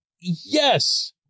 Yes